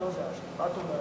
אני לא יודע, מה את אומרת?